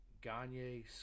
Gagne